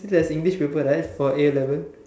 so there's English paper right for A-level